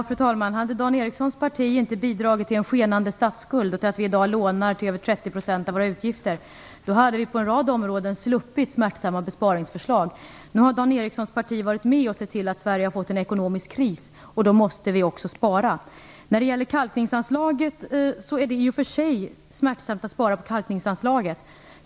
Fru talman! Om Dan Ericssons parti inte hade bidragit till en skenande statsskuld och till att vi i dag lånar till över 30 % av våra utgifter hade vi sluppit smärtsamma besparingsförslag på en rad områden. Nu har Dan Ericssons parti varit med och sett till att Sverige har fått en ekonomisk kris, och då måste vi också spara. Det är i och för sig smärtsamt att spara på kalkningsanslaget.